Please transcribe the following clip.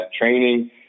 training